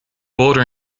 border